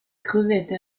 crevettes